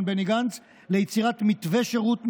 בני גנץ ליצירת מתווה שירות משופר,